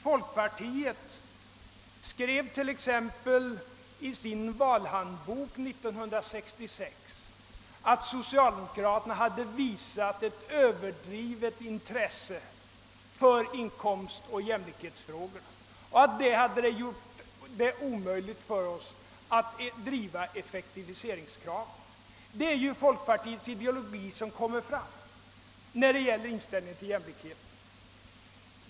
Folkpartiet skrev t.ex. i sin valhandbok 1966 att socialdemokraterna hade visat ett överdrivet intresse för inkomstoch jämlikhetsfrågorna, vilket hade gjort det omöjligt för oss att driva effektiviseringskravet. Där kom folkpartiets ideologi beträffande jämlikheten till uttryck.